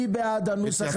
מי בעד הנוסח?